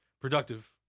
Productive